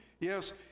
Yes